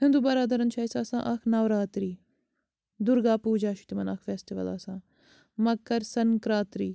ہنٛدوٗ بَرادَرَن چھُ اسہِ آسان اَکھ نَوراتری دُرگا پوٗجا چھُ تِمَن اَکھ فیٚسٹِوَل آسان مکَر سَنکرٛانٛتی